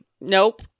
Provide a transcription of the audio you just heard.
nope